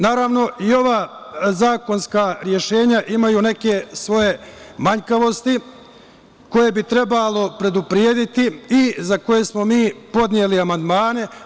Naravno, i ova zakonska rešenja imaju neke svoje manjkavosti koje bi trebalo preduprediti i za koje smo mi podneli amandmane.